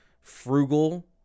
frugal